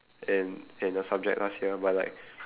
in in a subject last year but like